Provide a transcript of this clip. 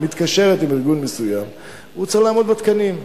הוא צריך לעמוד בתקנים,